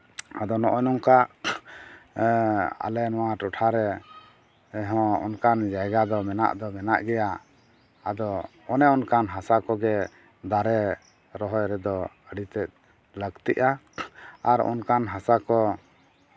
ᱟᱫᱚ ᱱᱚᱜᱼᱚᱭ ᱱᱚᱝᱠᱟ ᱟᱞᱮ ᱱᱚᱣᱟ ᱴᱚᱴᱷᱟᱨᱮ ᱨᱮᱦᱚᱸ ᱚᱱᱠᱟᱱ ᱡᱟᱭᱜᱟ ᱫᱚ ᱢᱮᱱᱟᱜ ᱫᱚ ᱢᱮᱱᱟᱜ ᱜᱮᱭᱟ ᱟᱫᱚ ᱚᱱᱮ ᱚᱱᱠᱟᱱ ᱦᱟᱥᱟ ᱠᱚᱜᱮ ᱫᱟᱨᱮ ᱨᱚᱦᱚᱭ ᱨᱮᱫᱚ ᱟᱹᱰᱤᱛᱮᱫ ᱞᱟᱹᱠᱛᱤᱜᱼᱟ ᱟᱨ ᱚᱱᱠᱟᱱ ᱦᱟᱥᱟ ᱠᱚ